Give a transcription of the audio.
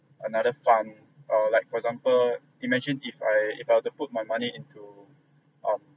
another fund or like for example imagine if I if I were to put my money into um